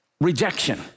rejection